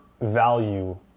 value